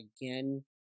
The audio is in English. again